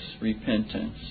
repentance